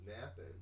napping